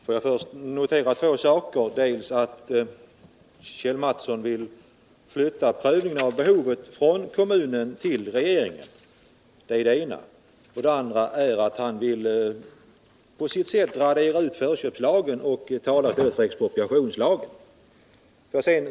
Herr talman! Får jag först notera två saker. Kjell Mattsson vill flytta prövningen av behovet från kommunen till regeringen. Det är det ena. Det andra är att han vill på sitt sätt radera ut förköpslagen och tala för expropriationslagen.